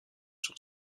sur